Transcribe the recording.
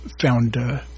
found